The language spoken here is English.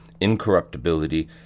incorruptibility